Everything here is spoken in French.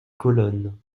colonnes